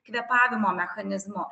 kvėpavimo mechanizmu